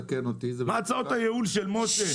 תקן אותי --- מה הצעות הייעול של משה?